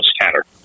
scatter